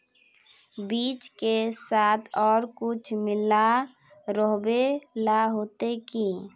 बीज के साथ आर कुछ मिला रोहबे ला होते की?